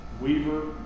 Weaver